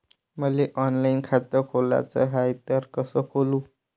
मले ऑनलाईन खातं खोलाचं हाय तर कस खोलू?